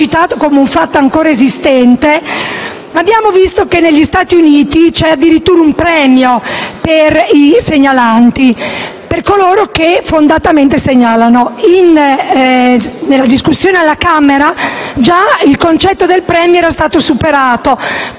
come un fatto ancora esistente) abbiamo visto che negli Stati Uniti c'è addirittura un premio per i segnalanti, cioè per coloro che fondatamente segnalano. In realtà, nel corso della discussione alla Camera, il concetto del premio era stato superato